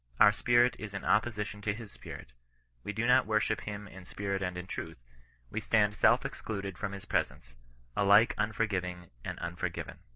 our spirit is in op position to his spirit we do not worship him in spirit and in truth we stand self-excluded from his presence a alike unforgiving and unforgiven.